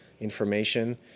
information